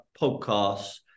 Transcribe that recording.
podcasts